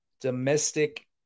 domestic